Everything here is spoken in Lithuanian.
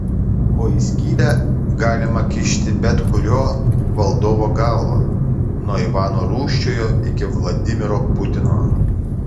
o į skylę galima kišti bet kurio valdovo galvą nuo ivano rūsčiojo iki vladimiro putino